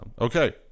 okay